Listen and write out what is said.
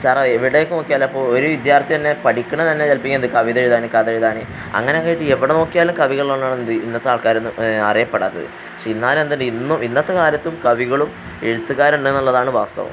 എവിടേക്ക് നോക്കിയാലും ഇപ്പോള് ഒരു വിദ്യാർത്ഥി തന്നെ പഠിക്കുന്നതുതന്നെ ചിലപ്പോള് ഇങ്ങനത്തെ കവിതയെഴുതാന് കഥയെഴുതാന് അങ്ങനെയൊക്കെയായിട്ട് എവിടെ നോക്കിയാലും കവികളുള്ളതുകൊണ്ടാണ് ഇന്നത്തെ ആൾക്കാരൊന്നും അറിയപ്പെടാത്തത് പക്ഷെ എന്നാലും ഇന്നത്തെക്കാലത്തും കവികളും എഴുത്തുകാരുമുണ്ടെന്നുള്ളതാണ് വാസ്തവം